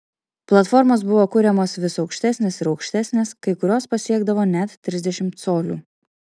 platformos buvo kuriamos vis aukštesnės ir aukštesnės kai kurios pasiekdavo net trisdešimt colių